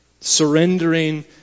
Surrendering